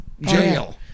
jail